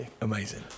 Amazing